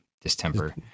Distemper